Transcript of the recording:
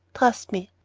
trust me.